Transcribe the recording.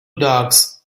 dogs